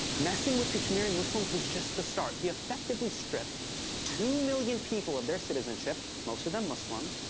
messing with kashmiri muslims was just the start. he effectively stripped two million people of their citizenship, most of them muslim.